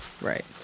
Right